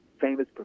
famous